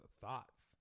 thoughts